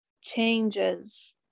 changes